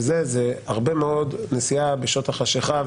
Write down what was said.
זאת נסיעה ארוכה בשעות החשכה,